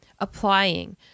applying